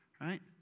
right